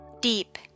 deep